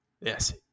yes